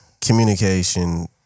communication